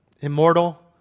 Immortal